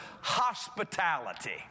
hospitality